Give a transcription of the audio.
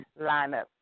lineup